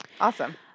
awesome